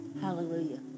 hallelujah